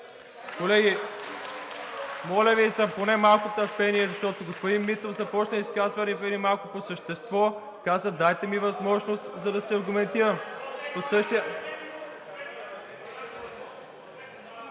Колеги, моля Ви се, поне малко търпение, защото господин Митев започна изказване преди малко по същество – каза: дайте ми възможност, за да се аргументирам.